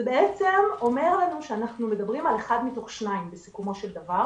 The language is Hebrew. זה אומר לנו שאנחנו מדברים על אחד מתוך שניים בסיכומו של דבר